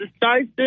decisive